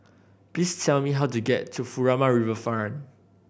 please tell me how to get to Furama Riverfront